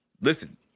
Listen